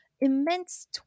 immense